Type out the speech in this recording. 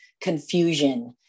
confusion